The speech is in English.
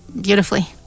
beautifully